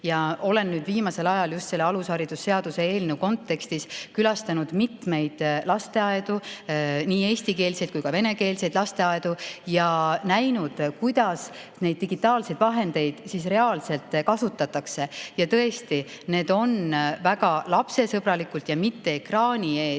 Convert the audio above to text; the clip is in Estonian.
Ma olen viimasel ajal just selle alushariduse seaduse eelnõu kontekstis külastanud mitmeid lasteaedu, nii eestikeelseid kui ka venekeelseid lasteaedu, ja näinud, kuidas neid digitaalseid vahendeid reaalselt kasutatakse. Ja tõesti, need on väga lapsesõbralikud ja mitte ekraani ees